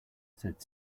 said